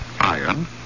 Iron